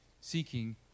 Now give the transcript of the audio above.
seeking